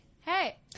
hey